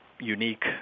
unique